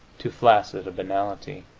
too flaccid a banality.